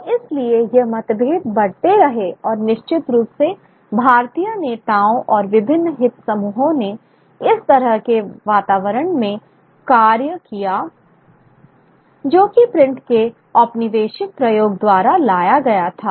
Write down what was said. और इसलिए ये मतभेद बढ़ते रहे और निश्चित रूप से भारतीय नेताओं और विभिन्न हित समूहों ने इस तरह के वातावरण में कार्य किया जो कि प्रिंट के औपनिवेशिक प्रयोग द्वारा लाया गया था